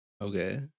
Okay